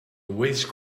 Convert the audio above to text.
waste